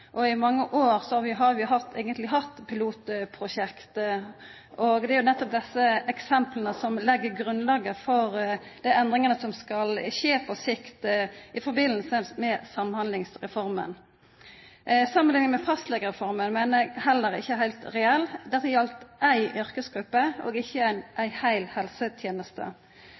finst det mange gode erfaringar med allereie. I mange år har vi eigentleg hatt pilotprosjekt. Det er nettopp desse eksempla som legg grunnlaget for dei endringane som skal skje på sikt, i samband med Samhandlingsreforma. Samanlikninga med fastlegereforma meiner eg heller ikkje er heilt reell. Dette galdt ei yrkesgruppe, ikkje ei heil helseteneste.